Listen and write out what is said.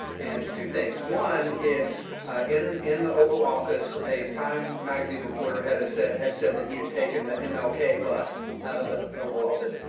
and it's two things. one, it's in in the oval office, a time magazine reporter had said had said that he had taken the um ah mlk bust out of the oval office.